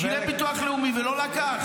הוא שילם ביטוח לאומי ולא לקח.